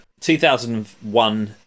2001